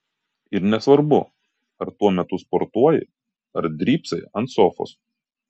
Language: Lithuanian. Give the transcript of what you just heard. ir nesvarbu ar tuo metu sportuoji ar drybsai ant sofos